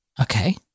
Okay